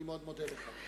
אני מאוד מודה לך.